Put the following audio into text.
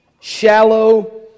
shallow